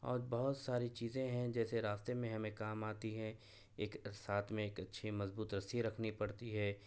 اور بہت ساری چیزیں ہیں جیسے راستے میں ہمیں کام آتی ہیں ایک ساتھ میں ایک اچھی مضبوط رسی رکھنی پڑتی ہے